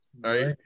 right